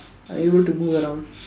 are able to move around